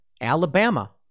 Alabama